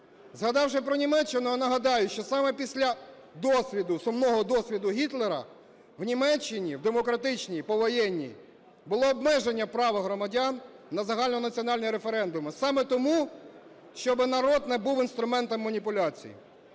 Згадавши про Німеччину, я нагадаю, що саме після досвіду, сумного досвіду Гітлера, в Німеччині в демократичній повоєнній було обмеження права громадян на загальнонаціональні референдуми. Саме тому, щоби народ не був інструментом маніпуляцій.